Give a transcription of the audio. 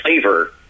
flavor